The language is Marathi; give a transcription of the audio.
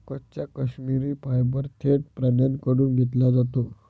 कच्चा काश्मिरी फायबर थेट प्राण्यांकडून घेतला जातो